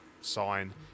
sign